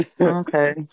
okay